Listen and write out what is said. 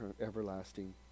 everlasting